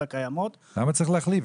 למה צריך להחליף?